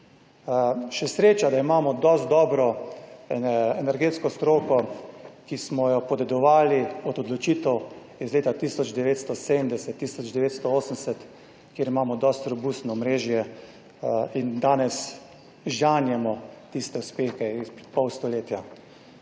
Še sreča, da imamo dosti dobro energetsko stroko, ki smo jo podedovali od odločitev iz leta 1970, 1980, kjer imamo dosti robustno omrežje in danes žanjemo tiste uspehe iz pred pol stoletja.